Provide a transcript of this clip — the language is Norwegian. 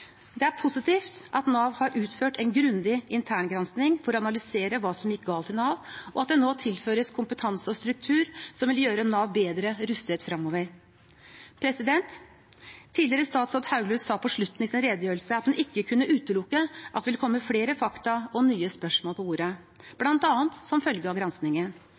Det er positivt at Nav har utført en grundig interngranskning for å analysere hva som gikk galt i Nav, og at det nå tilføres kompetanse og struktur som vil gjøre Nav bedre rustet fremover. Tidligere statsråd Hauglie sa på slutten av sin redegjørelse at hun ikke kunne utelukke at det ville komme flere fakta og nye spørsmål på bordet, bl.a. som følge av